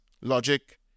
logic